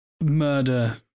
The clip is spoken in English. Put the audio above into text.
murder